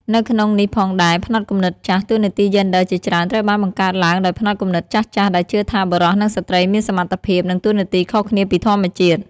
នៅក្នុងនេះផងដែរផ្នត់គំនិតចាស់ តួនាទីយេនឌ័រជាច្រើនត្រូវបានបង្កើតឡើងដោយផ្នត់គំនិតចាស់ៗ ដែលជឿថាបុរស និងស្ត្រីមានសមត្ថភាព និងតួនាទីខុសគ្នាពីធម្មជាតិ។